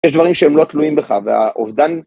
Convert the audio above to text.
יש דברים שהם לא תלויים בך, והאובדן...